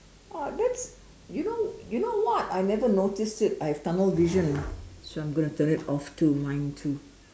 ah that's you know you know what I never notice it I have tunnel vision which I'm going to turn it off too mine too